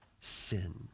sin